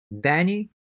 Danny